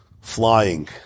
flying